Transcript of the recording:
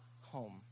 home